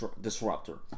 disruptor